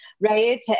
right